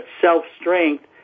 self-strength